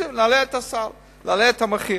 נעלה את הסל, נעלה את המחיר.